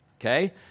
Okay